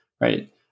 right